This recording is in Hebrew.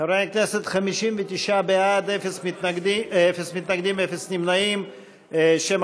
חברי הכנסת, 59 בעד, אפס מתנגדים, אפס נמנעים.